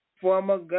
former